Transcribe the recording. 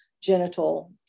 genital